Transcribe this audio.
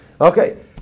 Okay